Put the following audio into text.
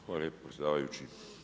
Hvala lijepa predsjedavajući.